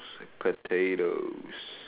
potatoes